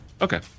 Okay